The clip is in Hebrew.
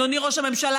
אדוני ראש הממשלה,